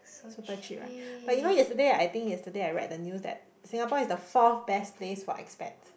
super cheap right but you know yesterday I think yesterday I write the news that Singapore is the soft best place what expects